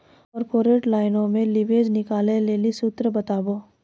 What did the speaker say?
corporate लाइनो मे leverage निकालै लेली सूत्र बताबो